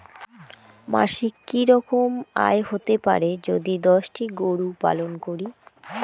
মাসিক কি রকম আয় হতে পারে যদি দশটি গরু পালন করি?